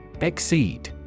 Exceed